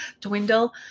dwindle